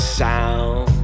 sound